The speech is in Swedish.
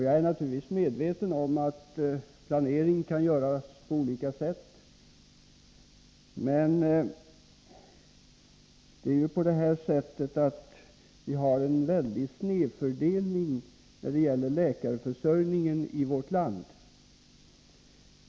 Jag är naturligtvis medveten om att planering kan göras på olika sätt, men vi har faktiskt en väldig snedfördelning när det gäller läkarförsörjningen i vårt land.